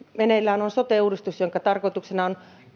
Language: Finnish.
meneillään on sote uudistus jonka tarkoituksena on